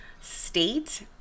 state